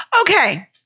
Okay